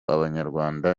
abanyarwanda